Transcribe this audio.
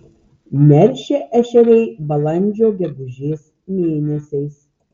neršia ešeriai balandžio gegužės mėnesiais